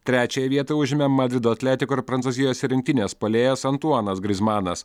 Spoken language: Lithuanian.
trečiąją vietą užima madrido atletiko ir prancūzijos rinktinės puolėjas antuanas grizmanas